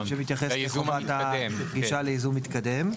שמתייחס לחובת הגישה לייזום מתקדם.